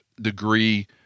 degree